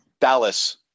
Dallas